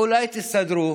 אולי תסתדרו,